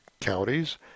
counties